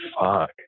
fuck